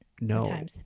No